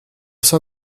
sein